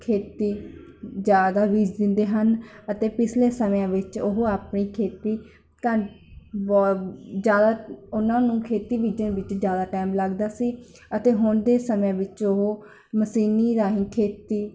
ਖੇਤੀ ਜ਼ਿਆਦਾ ਬੀਜ ਦਿੰਦੇ ਹਨ ਅਤੇ ਪਿਛਲੇ ਸਮਿਆਂ ਵਿੱਚ ਉਹ ਆਪਣੀ ਖੇਤੀ ਘੰ ਬਹੁਤ ਜ਼ਿਆਦਾ ਉਹਨਾਂ ਨੂੰ ਖੇਤੀ ਬੀਜਣ ਵਿੱਚ ਜ਼ਿਆਦਾ ਟੈਮ ਲੱਗਦਾ ਸੀ ਅਤੇ ਹੁਣ ਦੇ ਸਮਿਆਂ ਵਿੱਚ ਉਹ ਮਸ਼ੀਨੀ ਰਾਹੀਂ ਖੇਤੀ